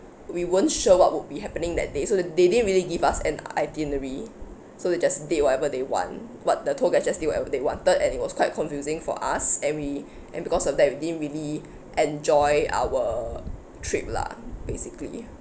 we wouldn't sure what would be happening that day so they didn't really give us an itinerary so they just did whatever they want what the tour guide just did whatever they wanted and it was quite confusing for us and we and because of that we didn't really enjoy our trip lah basically